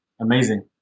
amazing